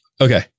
Okay